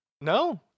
No